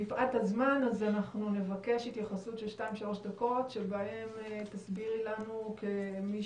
מפאת הזמן אז נבקש התייחסות של שתיים-שלוש דקות שבהם תסבירי לנו כמי